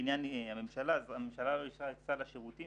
לעניין הממשלה הממשלה לא אישרה את סל השירותים